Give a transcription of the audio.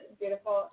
beautiful